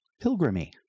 pilgrimage